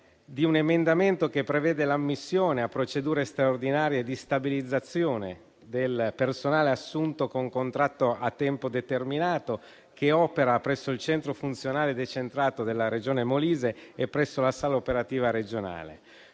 di un emendamento che prevede l'ammissione a procedure straordinarie di stabilizzazione del personale assunto con contratto a tempo determinato che opera presso il centro funzionale decentrato della Regione Molise e presso la sala operativa regionale.